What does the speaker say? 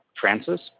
Francis